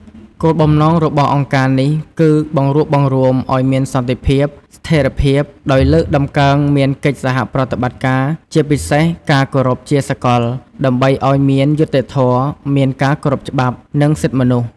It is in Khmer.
គោលបំណងរបស់ អង្គការនេះគឺបង្រួបបង្រួមអោយមានសន្តិភាព ស្ថេរភាព ដោយលើកតំកើងមានកិច្ចសហប្រតិបត្តិការ ជាពិសេសការគោរពជាសកល ដើម្បីអោយមាន យុត្តិធម៌ មានការគោរពច្បាប់ និងសិទ្ធិមនុស្ស។